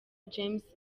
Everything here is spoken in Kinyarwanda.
james